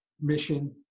mission